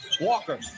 Walker